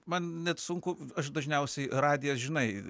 man net sunku aš dažniausiai radijas žinai